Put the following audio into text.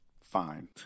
fine